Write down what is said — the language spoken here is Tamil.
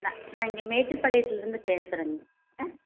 நான் நான் இங்கே மேட்டுபாளையத்துலேருந்து பேசுகிறேங்க